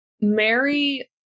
Mary